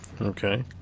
Okay